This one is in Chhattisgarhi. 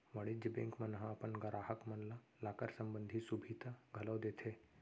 वाणिज्य बेंक मन ह अपन गराहक मन ल लॉकर संबंधी सुभीता घलौ देथे